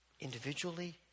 Individually